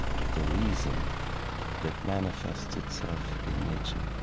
of the reason that manifests itself in nature